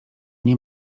nie